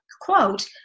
quote